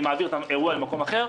אני מעביר את האירוע למקום אחר.